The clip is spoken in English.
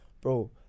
Bro